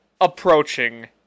approaching